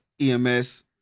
EMS